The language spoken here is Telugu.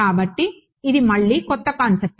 కాబట్టి ఇది మళ్ళీ కొత్త కాన్సెప్ట్